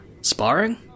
Sparring